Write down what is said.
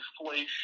inflation